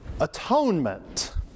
atonement